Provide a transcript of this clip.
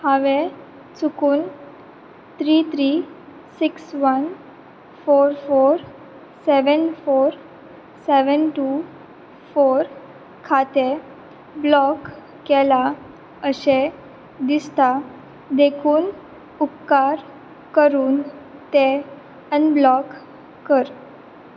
हांवें चुकून three three six one four four seven four seven two four खातें block केलां अशें दिसता देखून उपकार करून तें अनब्लॉक कर